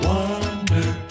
Wonder